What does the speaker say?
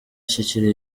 kikiri